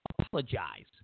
apologize